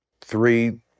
three